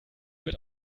wird